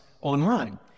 online